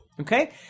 Okay